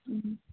ꯎꯝ